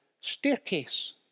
staircase